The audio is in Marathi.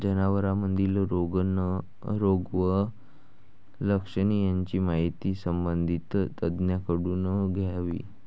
जनावरांमधील रोग व लक्षणे यांची माहिती संबंधित तज्ज्ञांकडून घ्यावी